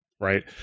right